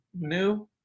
new